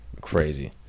crazy